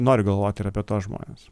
noriu galvot ir apie tuos žmones